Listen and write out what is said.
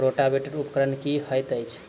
Rotavator उपकरण की हएत अछि?